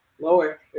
lower